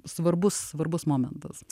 svarbus svarbus momentas